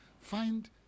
find